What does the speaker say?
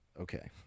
Okay